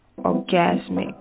Orgasmic